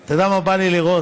אתה יודע מה בא לי לראות?